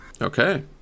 okay